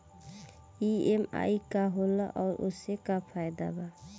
EMI का होला और ओसे का फायदा बा?